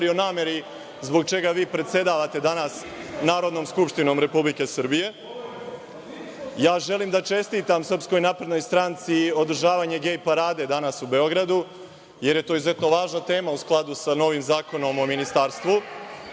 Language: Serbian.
o nameri zbog čega vi predsedavate danas Narodnom skupštinom Republike Srbije. Želim da čestitam Srpskoj naprednoj stranci održavanje gej parade danas u Beogradu, jer je to izuzetno važna tema, u skladu sa novim zakonom o ministarstvima.